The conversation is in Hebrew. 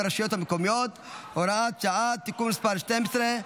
ברשויות המקומיות (הוראת שעה) (תיקון מס' 12),